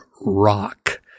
rock